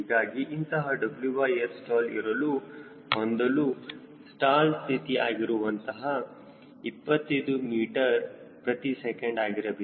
ಹೀಗಾಗಿ ಇಂತಹ WSstall ಇರಲು ಹೊಂದಲು ಸ್ಟಾಲ್ ಸ್ಥಿತಿ ಆಗಿರುವಂತಹ 25 ಮೀಟರ್ ಪ್ರತಿ ಸೆಕೆಂಡ್ ಆಗಿರಬೇಕು